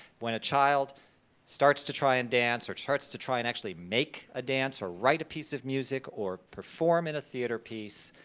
when a child starts to try and dance, starts to try and actually make a dance or write a piece of music or perform in a theatre piece,